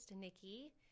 Nikki